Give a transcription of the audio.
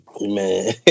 Man